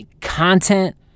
Content